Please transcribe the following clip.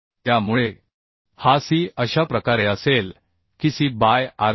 त्यामुळे हा C अशा प्रकारे असेल कीC बाय RC